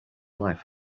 life